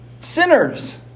sinners